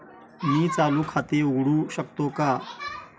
मी चालू खाते उघडू शकतो का?